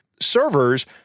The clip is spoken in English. servers